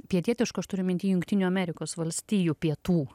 pietietiško aš turiu minty jungtinių amerikos valstijų pietų